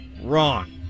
wrong